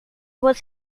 was